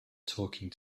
talking